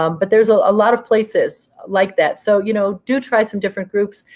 um but there's a lot of places like that. so you know do try some different groups.